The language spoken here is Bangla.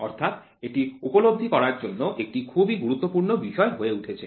অর্থাৎ এটি উপলব্ধি করার জন্য একটি খুবই গুরুত্বপূর্ণ বিষয় হয়ে উঠেছে